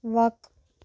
وَق